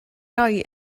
roi